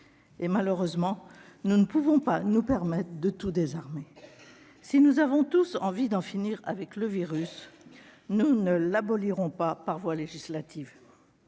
Malheureusement, nous ne pouvons pas nous permettre de désarmer. Si nous avons tous envie d'en finir avec le virus, nous ne l'abolirons pas par voie législative.